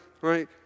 Right